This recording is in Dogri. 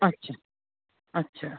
अच्छा अच्छा